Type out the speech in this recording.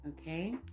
okay